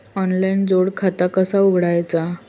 Online जोड खाता कसा उघडायचा?